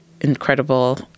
incredible